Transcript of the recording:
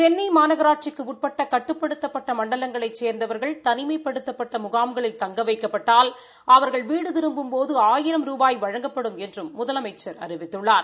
சென்னை மாநகராட்சிக்கு உட்பட்ட கட்டுப்படுத்தப்பட்ட மண்டலங்கணைச் சேர்ந்தவர்கள் தனிமைப்படுத்தப்பட்ட முகாம்களில் தங்க வைக்கப்பட்டால் அவர்கள் வீடு திரும்பும்போது ஆயிரம் ரூபாய் வழங்கப்படும் என்றும் முதலமைச்சர் அறிவித்துள்ளார்